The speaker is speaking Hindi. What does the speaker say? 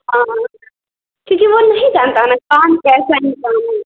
हाँ हाँ क्योंकि वह नहीं जानता है ना कौन कैसा इंसान है